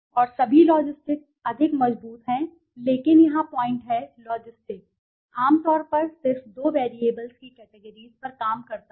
और सभी लॉजिस्टिक अधिक मजबूत है लेकिन यहाँ पॉइंट है लॉजिस्टिक आमतौर पर सिर्फ दो वैरिएबल्स की कैटेगरीज़ पर काम करता है